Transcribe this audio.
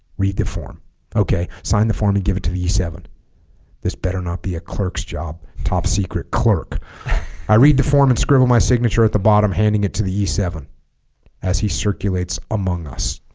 read the form okay sign the form and give it to the e seven this better not be a clerk's job top secret clerk i read the form and scribble my signature at the bottom handing it to the e seven as he circulates among us